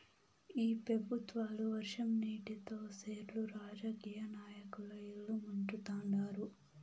ఈ పెబుత్వాలు వర్షం నీటితో సెర్లు రాజకీయ నాయకుల ఇల్లు ముంచుతండారు